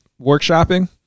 workshopping